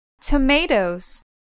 Tomatoes